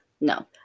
No